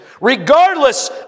regardless